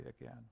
again